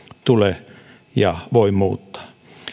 tule ja voi muuttaa